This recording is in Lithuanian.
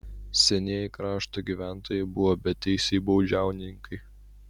senieji krašto gyventojai buvo beteisiai baudžiauninkai